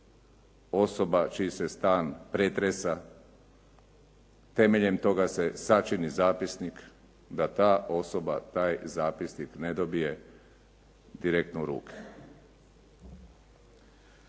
osoba čiji se stan pretresa, temeljem toga se sačini zapisnik, da ta osoba taj zapisnik ne dobije direktno u ruke.